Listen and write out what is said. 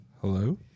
Hello